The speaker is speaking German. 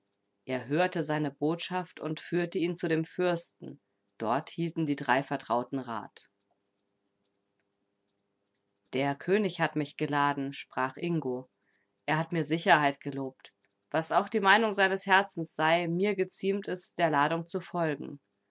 er hörte seine botschaft und führte ihn zu dem fürsten dort hielten die drei vertrauten rat der könig hat mich geladen sprach ingo er hat mir sicherheit gelobt was auch die meinung seines herzens sei mir geziemt es der ladung zu folgen